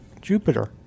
Jupiter